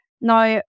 Now